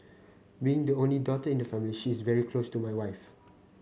being the only daughter in the family she is very close to my wife